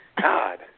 God